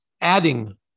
adding